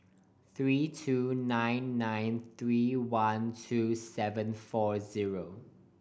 three two nine nine three one two seven four zero